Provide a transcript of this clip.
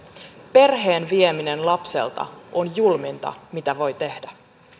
perheen vieminen lapselta on julminta mitä voi tehdä